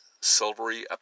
silvery